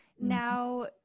now